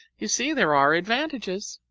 you see there are advantages!